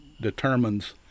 determines